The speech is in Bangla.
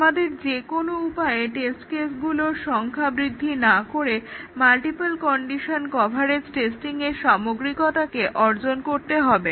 আমাদের যেকোনো উপায়ে টেস্ট কেসগুলির সংখ্যা বৃদ্ধি না করে মাল্টিপল কন্ডিশন কভারেজ টেস্টিংয়ের সামগ্রিকতাকে অর্জন করতে হবে